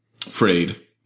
frayed